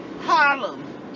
Harlem